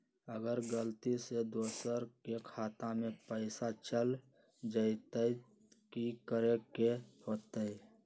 अगर गलती से दोसर के खाता में पैसा चल जताय त की करे के होतय?